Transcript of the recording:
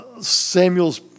Samuel's